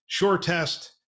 SureTest